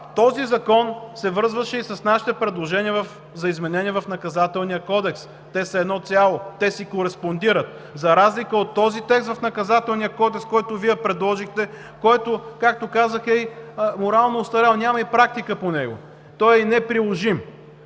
този закон се връзваше и с нашите предложения за изменения в Наказателния кодекс, те са едно цяло, те си кореспондират, за разлика от текста в Наказателния кодекс, който Вие предложихте. Както казах, той е и морално остарял, няма и практика по него. Той е и неприложим.